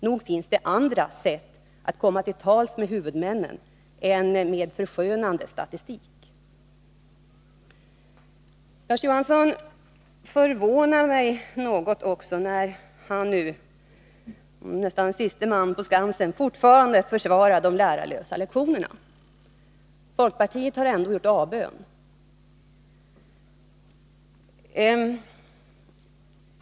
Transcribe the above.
Nog finns det andra sätt att komma till tals med huvudmännen än att använda förskönande statistik. Larz Johansson förvånar mig också något när han nu, nästan siste man på skansen, fortfarande försvarar de lärarlösa lektionerna. Folkpartiet har ändå gjort avbön.